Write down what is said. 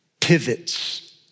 pivots